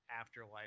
afterlife